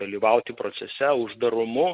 dalyvauti procese uždarumu